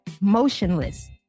motionless